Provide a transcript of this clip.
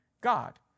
God